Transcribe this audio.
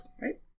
Right